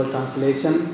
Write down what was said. Translation